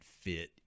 fit